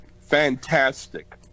Fantastic